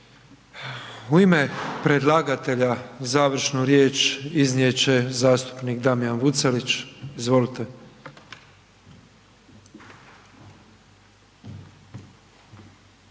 U ime predlagatelja završnu riječ iznijet će zastupnik Damjan Vucelić. Izvolite.